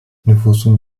nüfusun